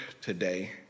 today